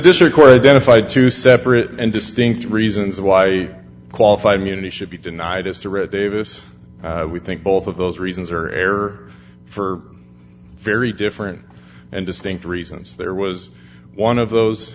and then if i had to separate and distinct reasons why qualified immunity should be denied us to read davis we think both of those reasons are air for very different and distinct reasons there was one of those